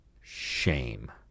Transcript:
shame